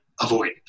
Avoid